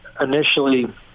initially